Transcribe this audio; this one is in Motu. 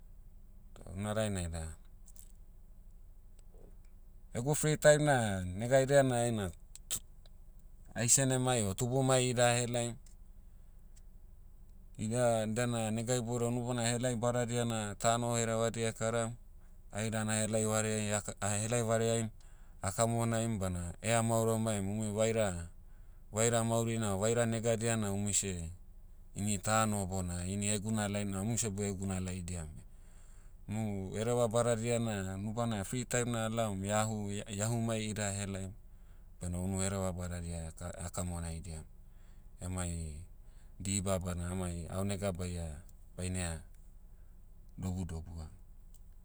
Toh una dainai da, egu free time na, nega haida na aina ai senemai o tubumai ida a'helaim, iha- diana nega iboudai unu bona helai badadia na tano herevadia karam. Ai dan a'helai vareai ahak- ah helai vareaim, akamonaim bana eha maoromaim umui vaira- vaira maurina o vaira negadia na umui seh, ini tano bona ini hegunalai na umui seh bohegunalaidiam. Nu hereva badadia na nu bana free time na alaom iahu- ia- iahumai ida a'helaim, bena unu hereva badadia aka- ah kamonaidiam. Emai, diba bana amai aonega baia, baine ha, dobudobua.